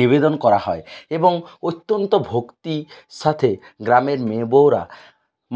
নিবেদন করা হয় এবং অত্যন্ত ভক্তি সাথে গ্রামের মেয়ে বউরা